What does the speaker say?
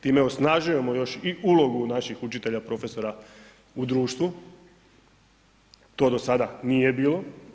Time osnažujemo još i ulogu naših učitelja, profesora u društvu, to do sada nije bilo.